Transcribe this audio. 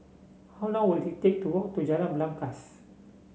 how long will it take to walk to Jalan Belangkas